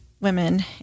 women